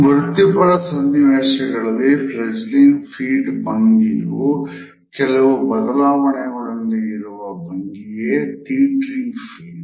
ವೃತ್ತಿಪರ ಸನ್ನಿವೇಶಗಳಲ್ಲಿ ಫೈಡ್ಗೇಟಿಂಗ್ ಫೀಟ್ ಭಂಗಿಯ ಕೆಲವು ಬದಲಾವಣೆಯೊಂದಿಗೆ ಇರುವ ಭಂಗಿಯೇ ತೀಟರಿಂಗ್ ಫೀಟ್